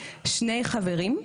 שני חברים.